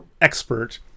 expert